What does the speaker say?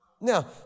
Now